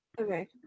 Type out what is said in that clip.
Okay